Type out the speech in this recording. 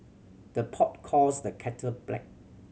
the pot calls the kettle black